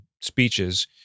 speeches